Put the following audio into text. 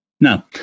Now